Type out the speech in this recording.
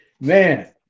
man